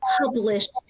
published